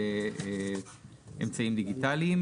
אני חושב שצריך להוריד את זה למפקח,